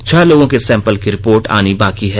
छह लोगों के सैंपल की रिपोर्ट आनी बाकी है